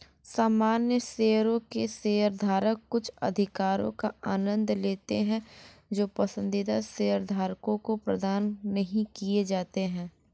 सामान्य शेयरों के शेयरधारक कुछ अधिकारों का आनंद लेते हैं जो पसंदीदा शेयरधारकों को प्रदान नहीं किए जाते हैं